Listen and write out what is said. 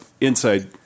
inside